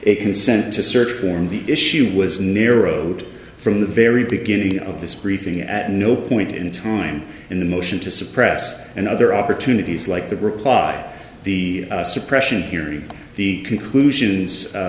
a consent to search for him the issue was near wrote from the very beginning of this briefing at no point in time in the motion to suppress and other opportunities like the reply the suppression hearing the conclusions